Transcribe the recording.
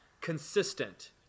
consistent